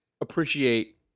appreciate